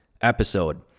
episode